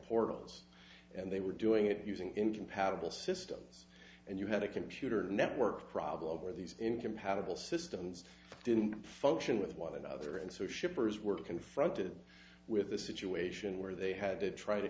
portals and they were doing it using incompatible systems and you had a computer network problem where these incompatible systems didn't function with one another and so shippers were confronted with a situation where they had to try to